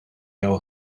hawn